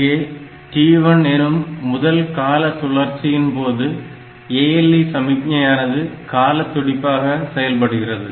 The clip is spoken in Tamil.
இங்கே T1 எனும் முதல் கால சுழற்சியின் போது ALE சமிக்ஞையானது கால துடிப்பாக செயல்படுகிறது